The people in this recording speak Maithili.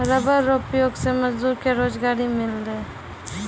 रबर रो उपयोग से मजदूर के रोजगारी मिललै